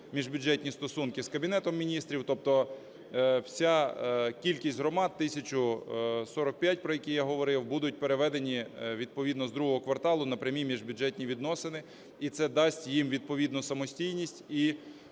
міжбюджетні стосунки з Кабінетом Міністрів. Тобто вся кількість громад, 1045, про які говорив, будуть переведені відповідно з ІІ кварталу на прямі міжбюджетні відносини. І це дасть їм відповідну самостійність і